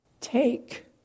take